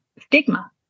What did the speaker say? stigma